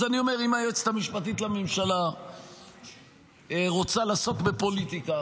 אז אני אומר: אם היועצת המשפטית לממשלה רוצה לעסוק בפוליטיקה